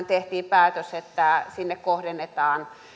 tehtiin päätös että kohdennetaan